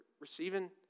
receiving